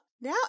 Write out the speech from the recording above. Now